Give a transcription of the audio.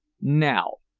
now,